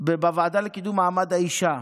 בוועדה לקידום מעמד האישה,